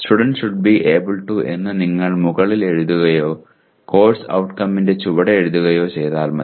'student should be able to Student should be able to' എന്ന് നിങ്ങൾ മുകളിൽ എഴുതുകയോ കോഴ്സ് ഔട്ട്കംസിനു ചുവടെ എഴുതുകയോ ചെയ്താൽ മതി